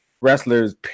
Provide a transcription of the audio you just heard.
wrestlers